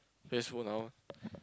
Facebook now